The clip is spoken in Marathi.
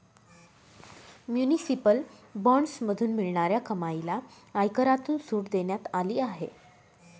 म्युनिसिपल बॉण्ड्समधून मिळणाऱ्या कमाईला आयकरातून सूट देण्यात आली आहे